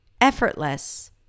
effortless